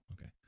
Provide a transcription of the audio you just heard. Okay